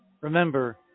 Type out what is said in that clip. remember